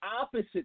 opposite